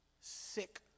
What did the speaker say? sick